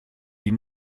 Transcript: die